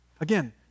Again